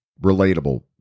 relatable